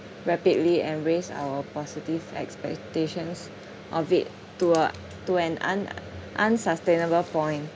rapidly and raised our positive expectations of it to a to an un~ unsustainable point